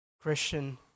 Christian